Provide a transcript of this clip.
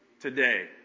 Today